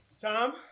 Tom